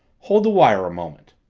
hold the wire a moment.